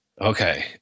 Okay